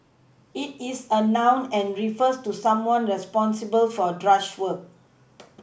it is a noun and refers to someone responsible for drudge work